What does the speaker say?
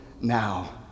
now